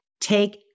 take